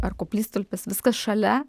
ar koplytstulpis viskas šalia